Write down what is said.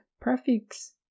prefix